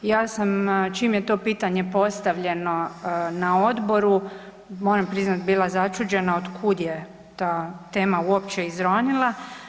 Ja sam čim je to pitanje postavljeno na odboru, moram priznati bila začuđena od kud je ta tema uopće izronila.